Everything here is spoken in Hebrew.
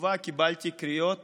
בתגובה קיבלתי קריאות